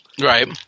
Right